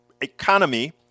economy